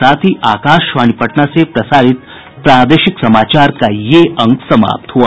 इसके साथ ही आकाशवाणी पटना से प्रसारित प्रादेशिक समाचार का ये अंक समाप्त हुआ